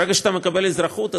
ברגע שאתה מקבל אזרחות,